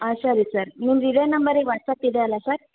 ಹಾಂ ಸರಿ ಸರ್ ನಿಮ್ದು ಇದೆ ನಂಬರಿಗೆ ವಾಟ್ಸಪ್ ಇದೆ ಅಲ್ಲ ಸರ್